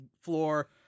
floor